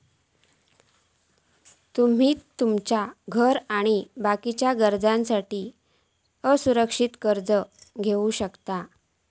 तुमी तुमच्या घर आणि बाकीच्या गरजांसाठी असुरक्षित कर्ज घेवक शकतास